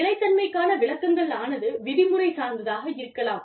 நிலைத்தன்மைக்கான விளக்கங்கள் ஆனது விதிமுறை சார்ந்ததாக இருக்கலாம்